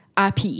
IP